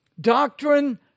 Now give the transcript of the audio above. Doctrine